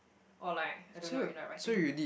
or like I don't know in like writing